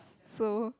so